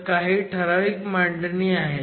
तर काही ठराविक मांडणी आहेत